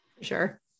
sure